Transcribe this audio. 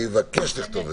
אני מבקש לכתוב.